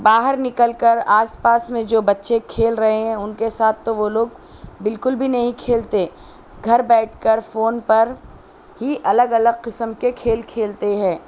باہر نکل کر آس پاس میں جو بچے کھیل رہے ہیں ان کے ساتھ تو وہ لوگ بالکل بھی نہیں کھیلتے گھر بیٹھ کر فون پر ہی الگ الگ قسم کے کھیل کھیلتے ہے